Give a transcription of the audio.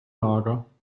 lager